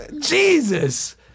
Jesus